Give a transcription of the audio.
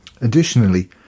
Additionally